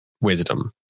wisdom